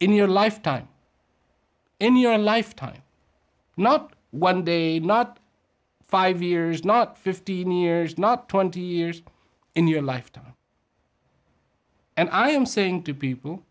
in your lifetime in your lifetime not one day not five years not fifteen years not twenty years in your lifetime and i am saying to people